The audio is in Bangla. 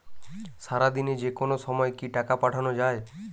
সারাদিনে যেকোনো সময় কি টাকা পাঠানো য়ায়?